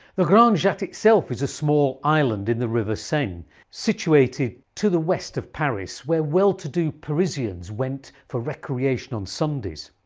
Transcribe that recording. the grande jatte itself is a small island in the river seine situated to the west of paris, where well-to-do parisians went for recreation on sundays.